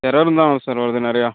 எரர்ருன்னு தான் சார் வருது நிறையா